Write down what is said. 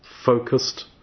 Focused